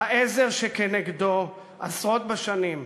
העזר שכנגדו עשרות בשנים.